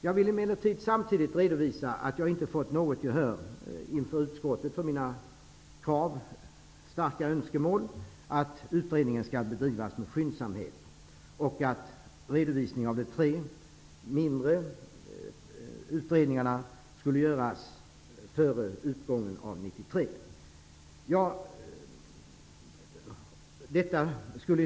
Jag vill emellertid samtidigt redovisa att jag inte fått något gehör hos utskottet för mina starka önskemål att utredningen skall bedrivas med skyndsamhet och att redovisningen av de tre mindre utredningarna skall göras före utgången av 1993.